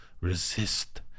resist